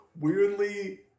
weirdly